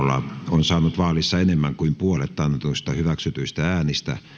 on saanut vaalissa enemmän kuin puolet annetuista hyväksytyistä äänistä